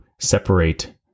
separate